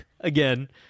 again